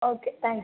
okay thank you